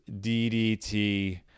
DDT